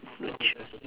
would you